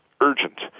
urgent